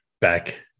back